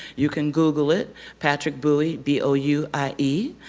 you can google it patrick bouie b o u i e,